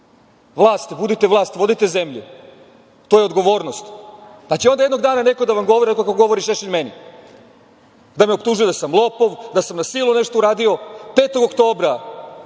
Vlast, budite vlast, vodite zemlju. To je odgovornost. Pa, će onda jednog dana neko da vam govori ovako kako govori Šešelj meni, da me optužuje da sam lopov, da sam na silu nešto uradio. Petog oktobra